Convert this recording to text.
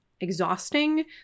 exhausting